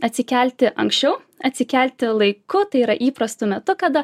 atsikelti anksčiau atsikelti laiku tai yra įprastu metu kada